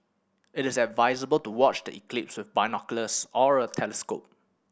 but it's advisable to watch the eclipse with binoculars or a telescope